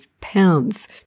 pounds